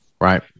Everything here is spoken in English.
Right